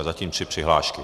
Zatím tři přihlášky.